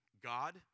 God